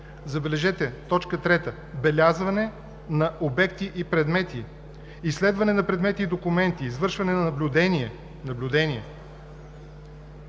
Забележете, т. 3 – белязане на обекти и предмети, изследване на предмети и документи, извършване на наблюдение.